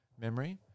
memory